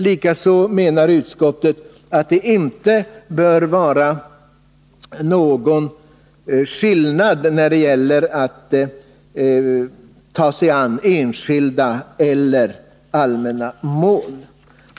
Likaså menar utskottet att det inte bör vara någon skillnad när det gäller att ta sig an enskilda eller allmänna mål.